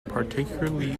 particularly